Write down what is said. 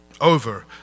over